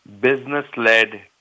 business-led